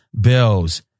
Bills